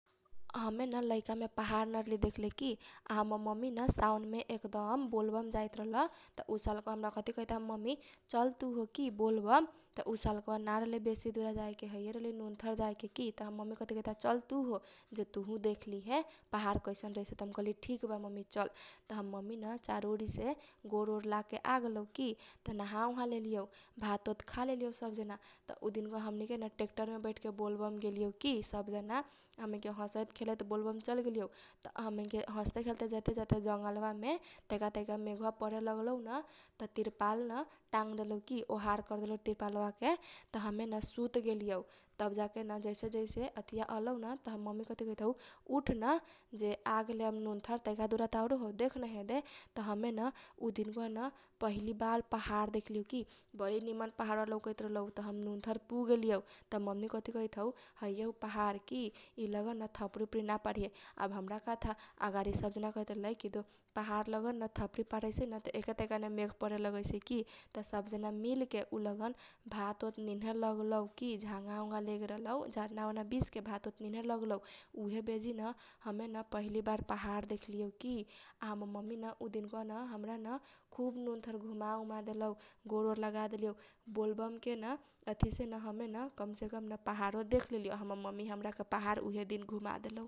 हमे परूका न एक्जाम देबे काठमाण्डु जाइत रहलीऔ। इभी से अखुनता के गडीया ना हौ चलल उहे बाला से हमर मामा रहलौ टिकट कटा देले की। त अगाडि रहलौ सिट । त इभीया से हमे जाइत रहलीऔन। त तालु आधा घन्टा हेटौडा लगन इभीया चारज कलौकी गडीया। त गडीया चारज ओरज कर लेलौ न । त खाए लगन रोकलौ न त उ लगन न एतना निमन झारनावा गिरैत रहलौ। हमरा झारनावा देखि देखि के मन करैत रहलौ सफा बरी निमन बरी जुर पानी। हमे उ झारना वामेन खुब खेललीऔ खुब खेललीऔ। त कथी कहैत हौ ड्राइभर साहब बहिनी जे ऊ मे ना खेला जे ना निमन। त हम कहली ना हमरा बरी निमन लगैता । आ बरी निमन पानी रलै तोरा मन करतिऔ पानी या से खुब खेलु। हमे न उहे दिन कवा न पहाड से गिरल न झारना देखली की । ना त हमनी ओरी झारना रहैसै माने उ झारना वा एतना निमन रहलौन। उ लगन सेन एउटो जाएके मन करतिऔ त सब जना भात खाए लागलौ। त हमरो कहैता चलन तुहो भात खालिहे। त हम कहली ना हम भात ना खाबौ की। हमेन हमे झारना देखम बारा निम्न लौकैत है झारनावा हमे न मोबाइल निकालके की उ लगन न झारना वा लगन। उ झारना वा के भिडियो बनाए लगलिऔ। भिडियो अडियो बाना लेलिऔ। उ लगन न हमे न कम से कम दस पन्द्र मिनेट बैठ लिऔ। बारा निम्न मन के सफा सान्ती मिलौ। सफाउपरी से बरी निम्न बरी चिकन लौकैत रहलै पानी या गिरैत रहलै त । आ एतना न उजर पानी रहलै सफा न उ झारना वा के पनीया न दुध लाखा उजर रलै एतना निमन पानी रलै। पहाड के पानी न बरी निम्न रहैसौ। झारन के पानी बरी उजर रहैसौ ।